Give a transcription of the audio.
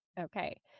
Okay